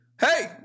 hey